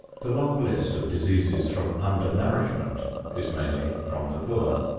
the long list of diseases from under-nourishment is mainly from the poor.